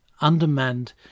undermanned